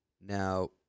Now